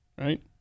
right